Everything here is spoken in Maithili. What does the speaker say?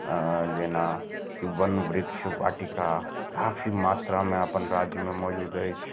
जेना कि वन वृक्ष वाटिका काफी मात्रामे अपन राज्यमे मौजूद अछि